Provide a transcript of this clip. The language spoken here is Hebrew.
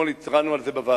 ואתמול התרענו על זה בוועדה,